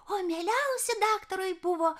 o mieliausi daktarui buvo